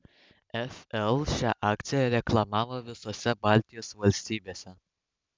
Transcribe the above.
fl šią akciją reklamavo visose baltijos valstybėse